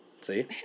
See